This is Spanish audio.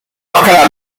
oscar